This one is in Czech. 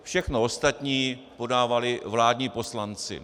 Všechno ostatní podávali vládní poslanci.